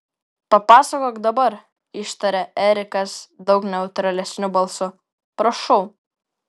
papasakok dabar ištarė erikas daug neutralesniu balsu prašau